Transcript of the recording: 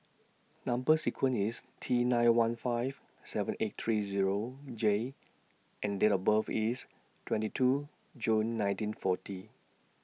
Number sequence IS T nine one five seven eight three Zero J and Date of birth IS twenty two June nineteen forty